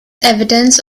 evidence